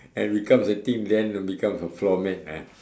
and becomes dirty then becomes a floor mat ah